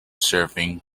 surfing